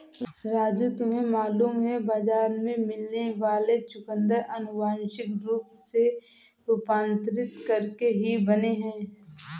राजू तुम्हें मालूम है बाजार में मिलने वाले चुकंदर अनुवांशिक रूप से रूपांतरित करके ही बने हैं